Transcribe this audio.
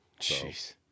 Jeez